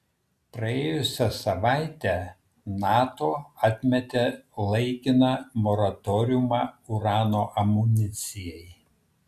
praėjusią savaitę nato atmetė laikiną moratoriumą urano amunicijai